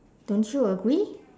don't you agree